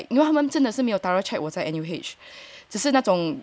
ya correct ya 他们真的是没有 thorough check was at N_U_H